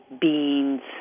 beans